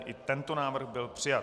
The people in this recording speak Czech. I tento návrh byl přijat.